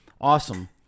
Awesome